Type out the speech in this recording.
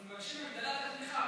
אנחנו מבקשים את הגדלת התמיכה.